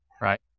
right